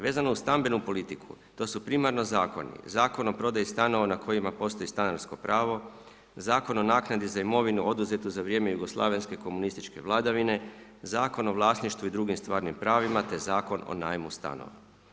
Vezano uz stambenu politiku, to su primarno zakoni, Zakon o prodaji stanova na kojima postoji stanarsko pravo, Zakon o naknadi za imovinu oduzete za vrijeme jugoslavenske komunističke vladavine, Zakon o vlasništvu i drugim stvarnim pravima te Zakon o najmu stanova.